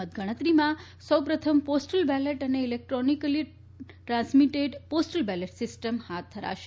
મતગણતરીમાં સૌપ્રથમ postal ballot અને electronically transmitted postal ballot system હાથ ધરાશે